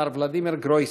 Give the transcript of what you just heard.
מר ולדימיר גרויסמן.